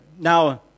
now